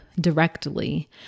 directly